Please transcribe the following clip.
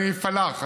אני פלאח,